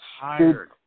tired